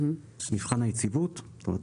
מבחן היציבות זאת אומרת,